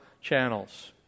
channels